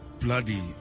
bloody